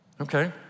Okay